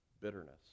bitterness